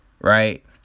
right